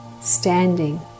standing